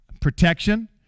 Protection